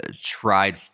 tried